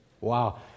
Wow